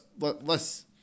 less